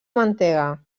mantega